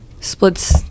splits